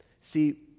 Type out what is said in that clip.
See